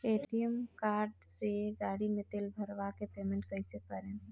ATM card से गाड़ी मे तेल भरवा के पेमेंट कैसे करेम?